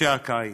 בחודשי הקיץ.